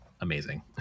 amazing